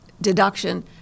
deduction